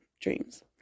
dreams